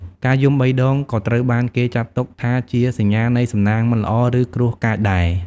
ការយំបីដង ក៏ត្រូវបានគេចាត់ទុកថាជាសញ្ញានៃសំណាងមិនល្អ ឬគ្រោះកាចដែរ។